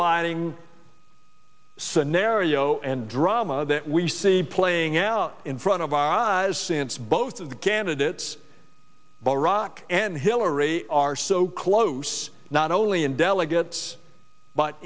biting scenario and drama that we see playing out in front of our eyes since both of the candidates by iraq and hillary are so close not only in delegates but